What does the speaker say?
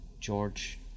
George